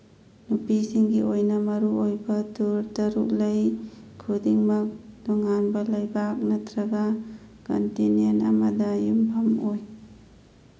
ꯅꯨꯄꯤꯁꯤꯡꯒꯤ ꯃꯔꯨ ꯑꯣꯏꯕ ꯇꯨꯔ ꯇꯔꯨꯛ ꯂꯩ ꯈꯨꯗꯤꯡꯃꯛ ꯇꯣꯉꯥꯟꯕ ꯂꯩꯕꯥꯛ ꯅꯠꯇ꯭ꯔꯒ ꯀꯟꯇꯤꯅꯦꯟ ꯑꯃꯗ ꯌꯨꯝꯐꯝ ꯑꯣꯏ